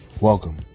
Welcome